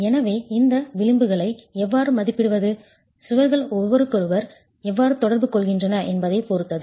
எனவே இந்த விளிம்புகளை எவ்வாறு மதிப்பிடுவது சுவர்கள் ஒருவருக்கொருவர் எவ்வாறு தொடர்பு கொள்கின்றன என்பதைப் பொறுத்தது